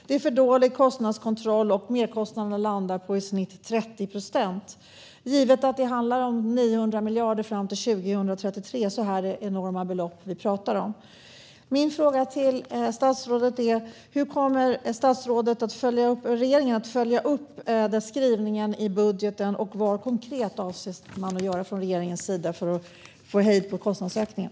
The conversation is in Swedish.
Det är för dålig kostnadskontroll, och merkostnaderna landar på i snitt 30 procent. Givet att det handlar om 900 miljarder fram till 2033 är det enorma belopp vi pratar om. Hur kommer statsrådet och regeringen att följa upp denna skrivning i budgeten, och vad konkret avser regeringen att göra för att få hejd på kostnadsökningen?